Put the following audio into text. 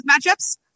matchups